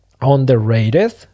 underrated